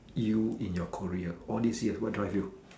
you in your career all this yes what drive you